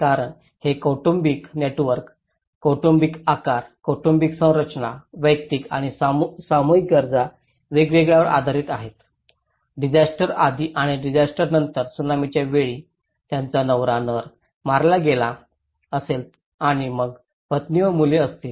कारण हे कौटुंबिक नेटवर्क कौटुंबिक आकार कौटुंबिक संरचना वैयक्तिक आणि सामूहिक गरजा वेगवेगळ्यावर आधारित आहे डिसास्टरआधी आणि डिसास्टरनंतर सुनामीच्या वेळी ज्यांचा नवरा नर मारला गेला असेल आणि मग पत्नी व मुले असतील